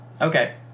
Okay